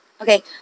Okay